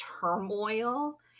turmoil